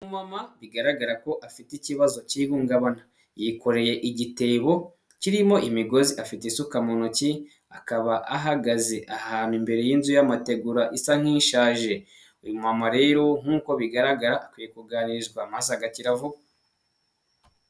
Umumama bigaragara ko afite ikibazo cy'ihungabana, yikoreye igitebo kirimo imigozi, afite isuka mu ntoki akaba ahagaze ahantu imbere y'inzu y'amategura isa nk'ishaje, uyu mu mama rero nkuko bigaragara, kuganishwa maze agafashirizwamo.